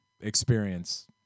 experience